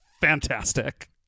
fantastic